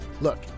Look